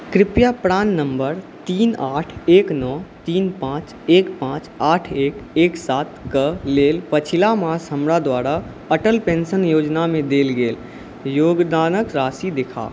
कृपया प्राण नम्बर तीन आठ एक नओ तीन पाँच एक पाँच आठ एक एक सातके लेल पछिला मास हमरा द्वारा अटल पेन्शन योजनामे देल गेल योगदानके राशि देखाउ